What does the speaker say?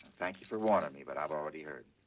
thank you for warning me, but i've already heard.